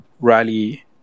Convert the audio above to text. rally